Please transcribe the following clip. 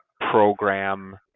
program